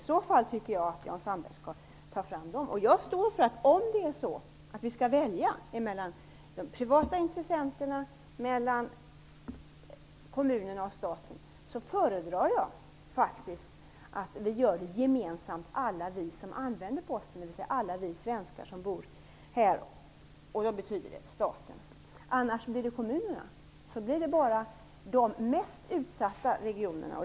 I så fall tycker jag att han skall visa dem. Om vi skall välja mellan privata intressenter, kommunerna och staten föredrar jag faktiskt att alla vi som använder Posten betalar gemensamt, dvs. alla vi svenskar som bor här. Det betyder staten. Om kommunerna får betala kommer det bara att gälla de mest utsatta regionerna.